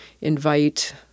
invite